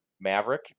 Maverick